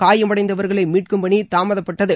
காயமடைந்தவர்களை மீட்கும் பணி தாமதப்பட்டது